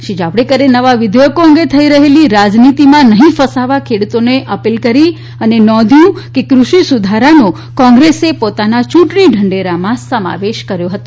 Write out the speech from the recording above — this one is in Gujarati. શ્રી જાવડેકરે નવા વિઘેયકો અંગે થઇ રહેલી રાજનીતીમાં નહી ફસાવા ખેડુતોને અપીલ કરી અને નોધ્યું કે કૃષિ સુધારાનો કોંગ્રેસે પોતાના ચુંટણી ઢંઢેરામાં સમાવેશ કર્યો હતો